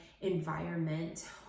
environment